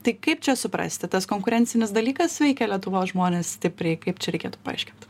tai kaip čia suprasti tas konkurencinis dalykas veikia lietuvos žmones stipriai kaip čia reikėtų paaiškint